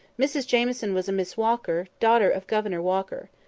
mrs jamieson was a miss walker, daughter of governor walker.